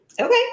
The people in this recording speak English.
okay